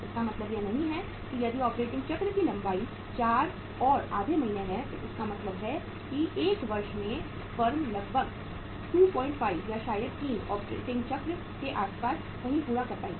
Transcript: इसका मतलब यह नहीं है कि यदि ऑपरेटिंग चक्र की लंबाई 4 और आधे महीने है तो इसका मतलब है कि एक वर्ष में फर्म लगभग 25 या शायद 3 ऑपरेटिंग चक्र के आसपास कहीं पूरा कर पाएगी